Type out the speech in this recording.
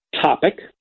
topic